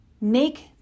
Make